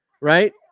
right